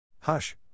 Hush